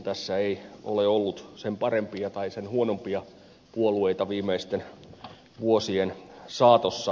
tässä ei ole ollut sen parempia tai sen huonompia puolueita viimeisten vuosien saatossa